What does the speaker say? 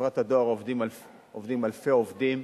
בחברת הדואר עובדים אלפי עובדים,